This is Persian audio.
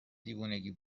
دیوونگی